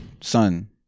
Son